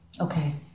Okay